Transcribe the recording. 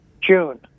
June